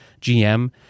GM